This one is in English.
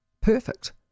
perfect